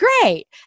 great